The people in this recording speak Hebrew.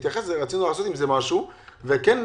רצינו לעשות עם זה משהו ולהפריד את זה.